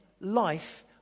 life